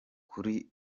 kuri